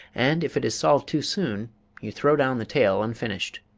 and if it is solved too soon you throw down the tale unfinished.